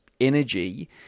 energy